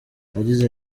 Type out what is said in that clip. yagize